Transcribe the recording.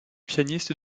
pianiste